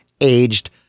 aged